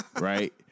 right